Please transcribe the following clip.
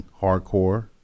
hardcore